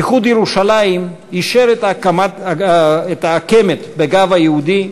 איחוד ירושלים יישר את העקמת בגו היהודי,